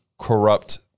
corrupt